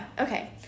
Okay